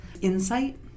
Insight